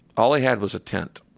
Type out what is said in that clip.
all they had was a tent.